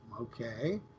okay